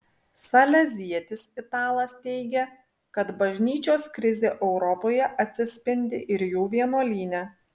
salezietis italas teigia kad bažnyčios krizė europoje atsispindi ir jų vienuolyne